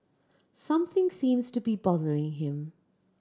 something seems to be bothering him